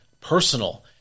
personal